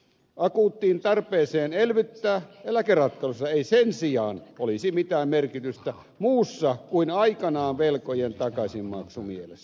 akuuttiin tarpeeseen elvyttää eläkeratkaisulla ei sen sijaan olisi mitään merkitystä muussa kuin aikanaan velkojen takaisinmaksumielessä